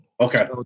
Okay